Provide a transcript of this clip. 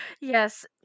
Yes